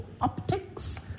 optics